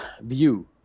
view